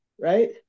right